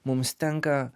mums tenka